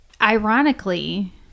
ironically